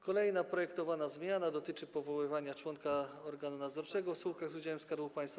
Kolejna projektowana zmiana dotyczy powoływania członka organu nadzorczego w spółkach z udziałem Skarbu Państwa.